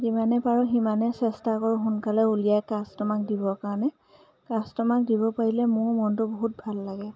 যিমানেই পাৰোঁ সিমানেই চেষ্টা কৰোঁ সোনকালে উলিয়াই কাষ্টমাৰক দিবৰ কাৰণে কাষ্টমাৰক দিব পাৰিলে মোৰো মনটো বহুত ভাল লাগে